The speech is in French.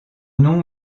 nom